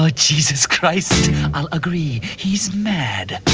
ah jesus christ. i agree. he's mad.